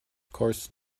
course